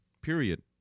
period